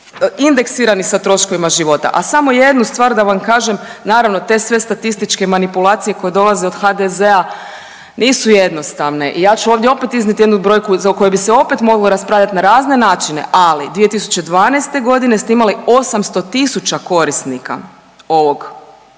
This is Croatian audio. indeksirani sa troškovima života. A samo jednu stvar da vam kažem naravno te sve statističke manipulacije koje dolaze od HDZ-a nisu jednostavne i ja ću ovdje opet iznijet jednu brojku za koju bi se opet moglo raspravljat na razne načine, ali 2012.g. ste imali 800 tisuća korisnika ovog